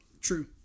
True